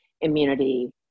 immunity